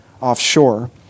offshore